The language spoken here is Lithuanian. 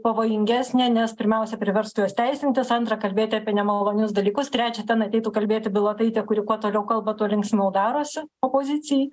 pavojingesnė nes pirmiausia priverstų juos teisintis antra kalbėti apie nemalonius dalykus trečia ten ateitų kalbėti bilotaitė kuri kuo toliau kalba tuo linksmiau darosi opozicijai